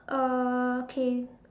uh okay